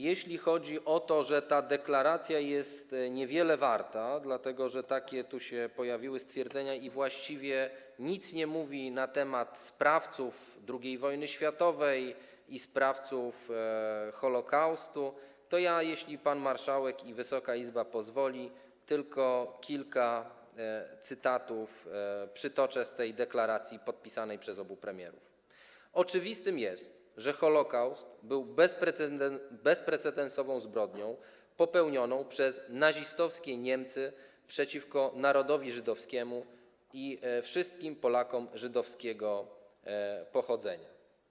Jeśli chodzi o to, że ta deklaracja jest niewiele warta, takie tu się pojawiły stwierdzenia, i właściwie nic nie mówi na temat sprawców II wojny światowej i sprawców Holokaustu, to ja, jeśli pan marszałek i Wysoka Izba pozwolą, przytoczę kilka cytatów z tej deklaracji podpisanej przez obu premierów: „Oczywistym jest, że Holokaust był bezprecedensową zbrodnią popełnioną przez nazistowskie Niemcy przeciwko narodowi żydowskiemu i wszystkim Polakom żydowskiego pochodzenia”